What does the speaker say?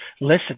listen